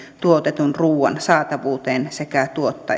tuotetun ruuan saatavuuteen sekä